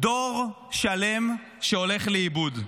דור שלם שהולך לאיבוד.